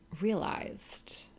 realized